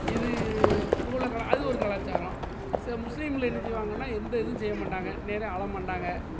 இது இங்கே உள்ள கலா அது ஒரு கலாச்சாரம் செ முஸ்லீமில் என்ன செய்வாங்கன்னா எந்த இதுவும் செய்ய மாட்டாங்க அது மாரி அழ மாட்டாங்க